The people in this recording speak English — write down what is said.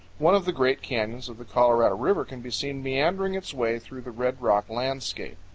one of the great canyons of the colorado river can be seen meandering its way through the red-rock landscape.